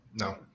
No